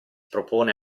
propone